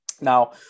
Now